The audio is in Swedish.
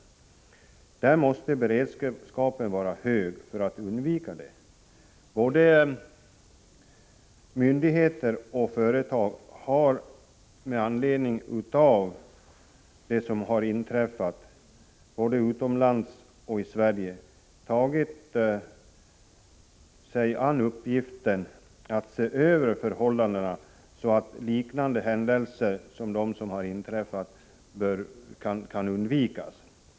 Beredskapen måste vara hög, så att sådana katastrofer kan undvikas. Både myndigheter och företag har med anledning av vad som inträffat, såväl utomlands som i Sverige, tagit sig an uppgiften att se över förhållandena för att liknande svåra miljöhändelser skall kunna undvikas.